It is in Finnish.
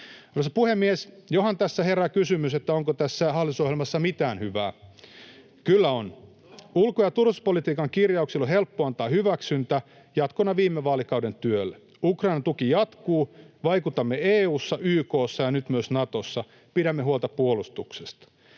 Arvoisa puhemies! Johan tässä herää kysymys, onko tässä hallitusohjelmassa mitään hyvää. Kyllä on. [Ben Zyskowicz: No?] Ulko‑ ja turvallisuuspolitiikan kirjauksille on helppo antaa hyväksyntä jatkona viime vaalikauden työlle. Ukrainan tuki jatkuu, vaikutamme EU:ssa, YK:ssa ja nyt myös Natossa ja pidämme huolta puolustuksesta.